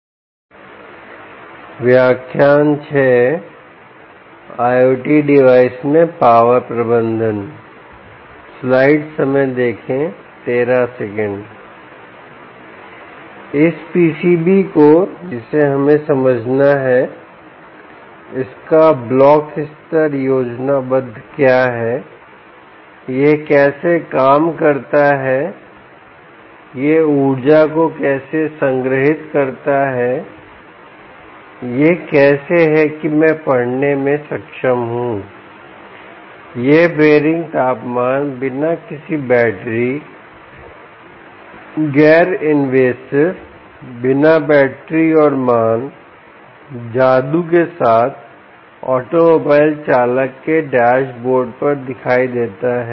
इस PCBपीसीबी को जिसे हमें समझना है इसका ब्लॉक स्तर योजनाबद्ध क्या है यह कैसे काम करता है यह ऊर्जा को कैसे संग्रहीत करता है यह कैसे है कि मैं पढ़ने में सक्षम हूं यह बेयरिंग तापमान बिना किसी बैटरी गैर इनवेसिव बिना बैटरी और मान जादू के साथ ऑटोमोबाइल चालक के डैशबोर्ड पर दिखाई देता है